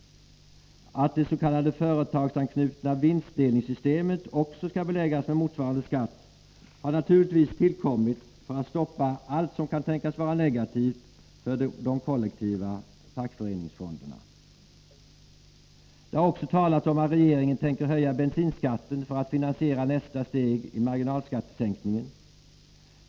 Att det s.k. företagsanknutna vinstdelningssystemet också skall beläggas med motsvarande skatt har naturligtvis tillkommit för att stoppa allt som kan tänkas vara negativt för de kollektiva fackföreningsfonderna. Det har också talats om att regeringen tänker höja bensinskatten för att finansiera nästa steg i marginalskattesänkningen.